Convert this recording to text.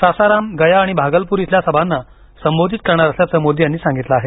सासाराम गया आणि भागलपूर इथल्या सभांना संबोधित करणार असल्याचं मोदी यांनी सांगितलं आहे